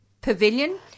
Pavilion